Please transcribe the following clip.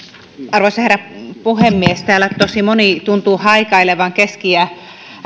arvoisa herra puhemies täällä tosi moni tuntuu haikailevan keski ja